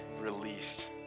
released